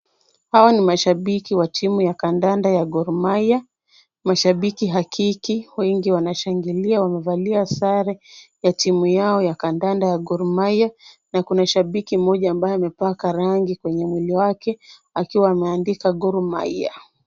Hawa ni mashabiki wa timu ya kadanda ya Gor Mahia. Mashabiki hakiki wengi wanashangilia wamevalia sare ya timu yao ya kadanda ya Gor Mahia na kuna shabiki mmoja ambaye amepaka rangi mwa mwili wake akiwa ameandika Gor Mahia.